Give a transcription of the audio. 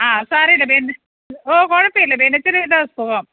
ആ സാരമില്ല ബെന്നി ഓ കുഴപ്പമില്ല ബെന്നിച്ചന് ഇതാണ് സുഖം